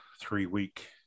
three-week